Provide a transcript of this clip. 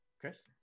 Chris